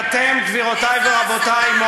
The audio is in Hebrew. כי אתם, גבירותי ורבותי, איפה, ?